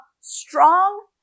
strong